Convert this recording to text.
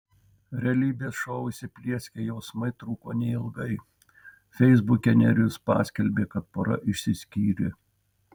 realybės šou įsiplieskę jausmai truko neilgai feisbuke nerijus paskelbė kad pora išsiskyrė